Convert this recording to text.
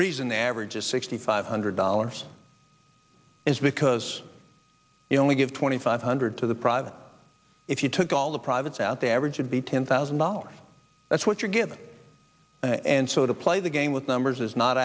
reason the average is sixty five hundred dollars is because you only give twenty five hundred to the private if you took all the privates out the average would be ten thousand dollars that's what you get and so to play the game with numbers is not